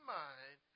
mind